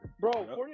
bro